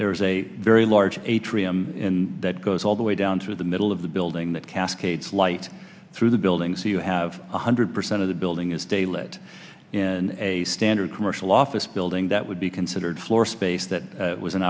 there's a very large atrium in that goes all the way down through the middle of the building that cascades light through the building so you have one hundred percent of the building is stale it in a standard commercial office building that would be considered floor space that was an